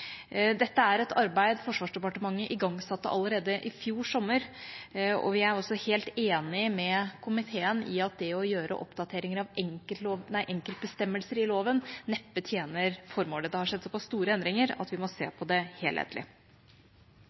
Dette er et arbeid Forsvarsdepartementet igangsatte allerede i fjor sommer, og vi er også helt enig med komiteen i at det å gjøre oppdateringer av enkeltbestemmelser i loven neppe tjener formålet. Det har skjedd såpass store endringer at vi må se på det helhetlig.